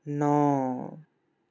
ন